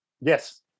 Yes